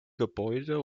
gebäude